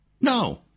No